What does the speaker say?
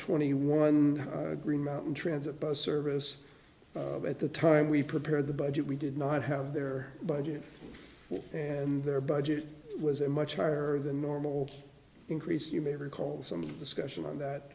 twenty one green mountain transit bus service at the time we prepared the budget we did not have their budget and their budget was a much higher than normal increase you may recall some discussion on that